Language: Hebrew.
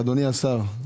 אדוני השר,